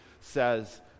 says